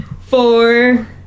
four